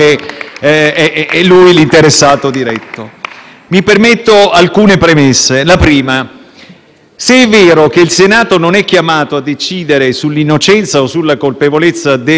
se è vero che il Senato non è chiamato a decidere sull'innocenza o sulla colpevolezza del Ministro, è altrettanto vero che, per come è stato svolto il dibattito e tutte le